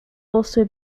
also